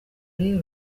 rero